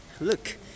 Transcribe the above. look